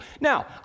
Now